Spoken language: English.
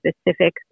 specific